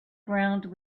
ground